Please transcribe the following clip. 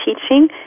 teaching